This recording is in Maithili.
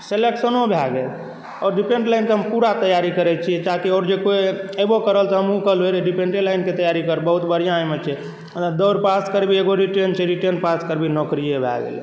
सिलेक्शनो भए गेल और डिफेन्स लाइनके हम पूरा तैआरी करैत छी ताकि आओर जे कोइ अयबो करल तऽ हमहूँ कहलहुँ हे रे डिफेन्से लाइनके तैआरी कर बहुत बढ़िआँ एहिमे छै दौड़ पास करबिही एगो रिटेन छै रिटेन पास करबिही नौकरीए भए गेलहु